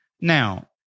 now